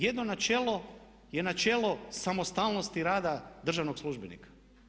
Jedno načelo je načelo samostalnosti rada državnog službenika.